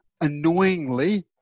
annoyingly